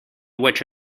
which